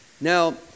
Now